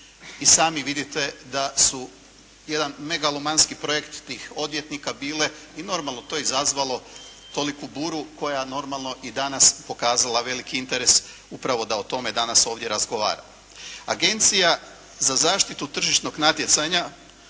i sami vidite da su jedan megalomanski projekt tih odvjetnika bile i normalno to je izazvalo toliku buru koja je normalno i danas pokazala veliki interes upravo da o tome danas ovdje razgovaramo. Agencija za zaštitu tržišnog natjecanja,